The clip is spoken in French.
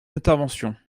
d’intervention